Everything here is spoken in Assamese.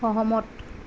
সহমত